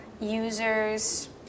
users